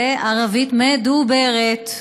וערבית מ-דו-ב-רת.